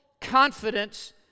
confidence